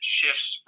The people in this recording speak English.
shifts